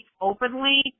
openly